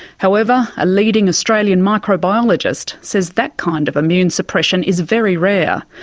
however, a leading australian microbiologist says that kind of immune suppression is very rare.